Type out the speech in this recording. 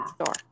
store